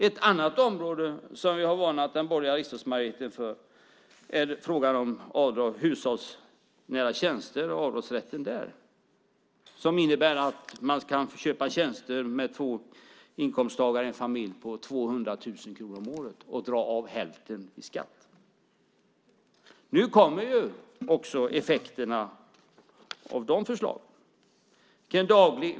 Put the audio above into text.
Ett annat område som vi har varnat den borgerliga riksdagsmajoriteten för är frågan om avdrag för hushållsnära tjänster, som innebär att man med två inkomsttagare i en familj kan få köpa tjänster för 200 000 kronor om året och dra av hälften i skatt. Nu kommer också effekterna av de förslagen.